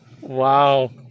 Wow